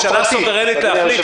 הממשלה סוברנית להחליט.